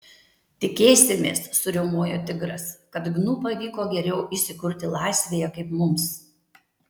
tikėsimės suriaumojo tigras kad gnu pavyko geriau įsikurti laisvėje kaip mums